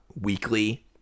weekly